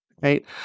right